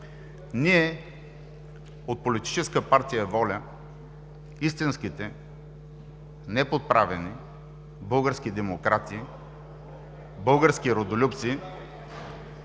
Ние от Политическа партия „Воля“ – истинските, неподправени български демократи, български родолюбци